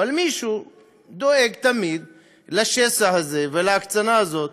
אבל מישהו דואג תמיד לשסע הזה ולהקצנה הזאת,